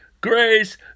grace